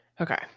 Okay